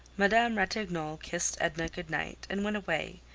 madame ratignolle kissed edna good-night, and went away,